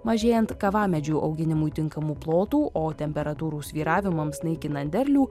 mažėjant kavamedžių auginimui tinkamų plotų o temperatūrų svyravimams naikinant derlių